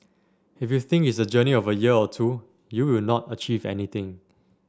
if you think it's a journey of a year or two you will not achieve anything